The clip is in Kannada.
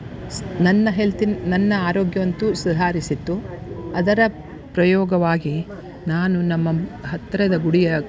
ಸ್ ನನ್ನ ಹೆಲ್ತಿನ ನನ್ನ ಆರೋಗ್ಯವಂತೂ ಸುಧಾರಿಸಿತ್ತು ಅದರ ಪ್ರಯೋಗವಾಗಿ ನಾನು ನಮ್ಮ ಹತ್ತಿರದ ಗುಡಿಯ